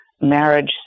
marriage